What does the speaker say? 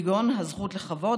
כגון: הזכות לכבוד,